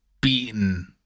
beaten